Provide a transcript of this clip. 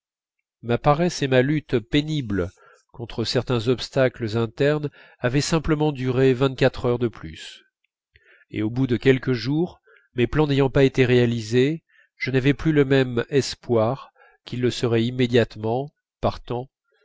ma paresse et ma lutte pénible contre certains obstacles internes avaient simplement duré vingt-quatre heures de plus et au bout de quelques jours mes plans n'ayant pas été réalisés je n'avais plus le même espoir qu'ils le seraient immédiatement partant